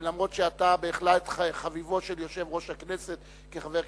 וגם אם אתה בהחלט חביבו של יו"ר הכנסת כחבר כנסת,